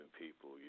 people